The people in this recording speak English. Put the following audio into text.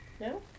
No